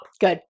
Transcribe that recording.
good